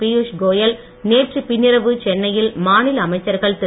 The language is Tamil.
பீயுஷ் கோயல் நேற்று பின்னிரவு சென்னையில் மாநில அமைச்சர்கள் திரு